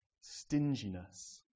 Stinginess